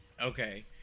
Okay